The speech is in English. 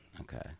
Okay